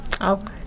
Okay